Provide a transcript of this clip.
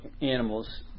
animals